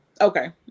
okay